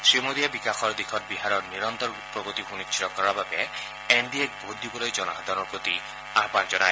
শ্ৰীমোদীয়ে বিকাশৰ দিশত বিহাৰৰ নিৰন্তৰ প্ৰগতি সুনিশ্চিত কৰাৰ বাবে এড ডি এক ভোট দিবলৈ জনসাধাৰণৰ প্ৰতি আহান জনায়